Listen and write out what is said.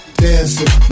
dancing